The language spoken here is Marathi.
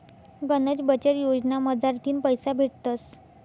गनच बचत योजना मझारथीन पैसा भेटतस